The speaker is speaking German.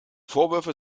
vorwürfe